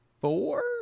four